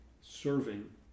serving